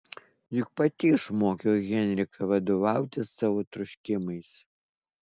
juk pati išmokiau henriką vadovautis savo troškimais